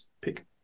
pick